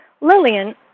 Lillian